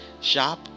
shop